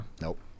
Nope